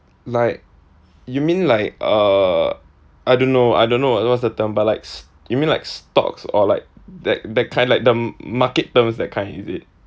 like you mean like uh I don't know I don't know what what's the term but s~ like you mean like stocks or like that that kind like the market terms that kind is it